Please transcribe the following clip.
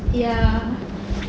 ya